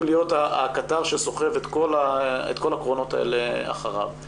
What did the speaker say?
להיות הקטר שסוחב את כל הקרונות האלה אחריו.